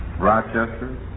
Rochester